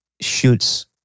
shoots